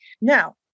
Now